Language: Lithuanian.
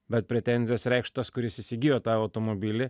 bet pretenzijas reikš tas kuris įsigijo tą automobilį